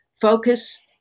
focus